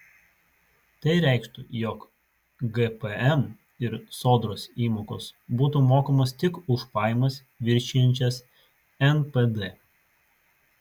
tai reikštų jog gpm ir sodros įmokos būtų mokamos tik už pajamas viršijančias npd